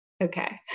Okay